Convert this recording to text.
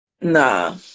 Nah